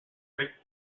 rick